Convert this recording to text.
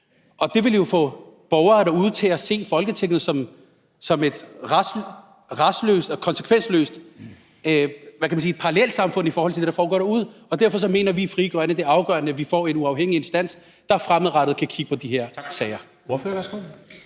Det ville jo få borgere derude til at se Folketinget som et retsløst og konsekvensløst, hvad kan man sige, parallelsamfund i forhold til det, der foregår derude. Og derfor mener vi i Frie Grønne, at det er afgørende, at vi får en uafhængig instans, der fremadrettet kan kigge på de her sager.